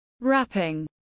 Wrapping